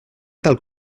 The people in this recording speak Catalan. tal